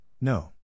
No